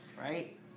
right